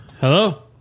Hello